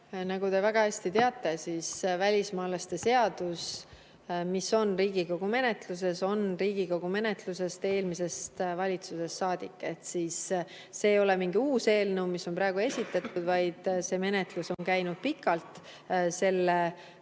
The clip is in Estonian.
Nagu te väga hästi teate, siis välismaalaste seadus, mis on Riigikogu menetluses, on Riigikogu menetluses eelmisest valitsusest saadik, ehk see ei ole mingi uus eelnõu, mis on praegu esitatud, vaid selle menetlus on käinud pikalt. Selle